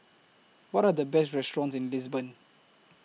What Are The Best restaurants in Lisbon